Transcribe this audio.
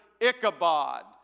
Ichabod